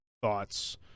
thoughts